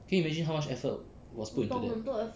can you imagine how much effort was put into that